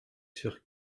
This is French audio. sur